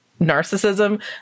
narcissism